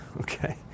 okay